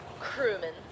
Crewman